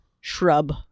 shrub